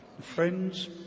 friends